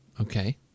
Okay